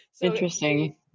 Interesting